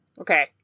Okay